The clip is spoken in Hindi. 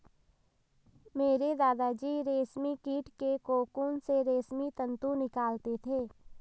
मेरे दादा जी रेशमी कीट के कोकून से रेशमी तंतु निकालते थे